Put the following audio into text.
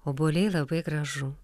obuoliai labai gražu